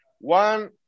one